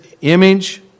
image